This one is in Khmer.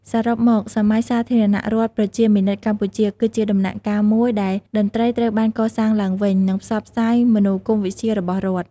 សរុបមក សម័យសាធារណរដ្ឋប្រជាមានិតកម្ពុជា គឺជាដំណាក់កាលមួយដែលតន្ត្រីត្រូវបានកសាងឡើងវិញ និងផ្សព្វផ្សាយមនោគមវិជ្ជារបស់រដ្ឋ។